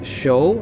show